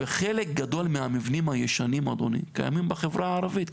וחלק גדול מהמבנים הישנים אדוני קיימים בחברה הערבית.